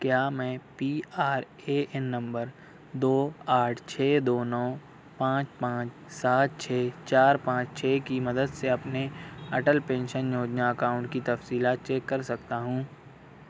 کیا میں P R A N number دو آٹھ چھ دو نو پانچ پانچ سات چھ چار پانچ چھ کی مدد سے اپنے اٹل پینشن یوجنا اکاؤنٹ کی تفصیلات چیک کر سکتا ہوں